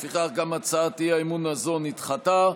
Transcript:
לפיכך, גם הצעת האי-אמון הזאת נדחתה.